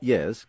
Yes